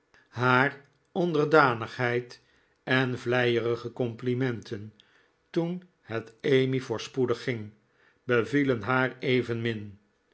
haar onderdanigheid en vleierige complimenten toen het emmy voorspoedig ging bevielen haar evenmin